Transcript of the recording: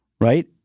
right